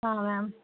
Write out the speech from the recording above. हां मैम